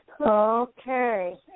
Okay